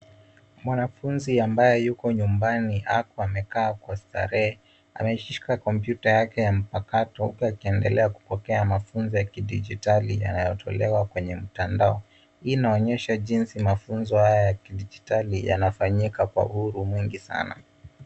Mwanafunzi amabye yuko nyumbani hapa amekaa kwa starehe. Ameshika kompyuta yake ya mpakato huku akiendelea kupokea mafunzo ya kidijitali yanayotolewa kwenye mtandao. Hii inaonyesha jinsi mafunzo haya ya kidijitali yanafanyika kwa uhuru mwingi sana.